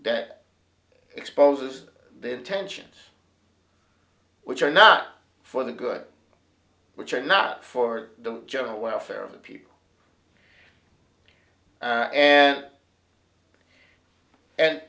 that exposes the tensions which are not for the good which are not for the general welfare of the people and and and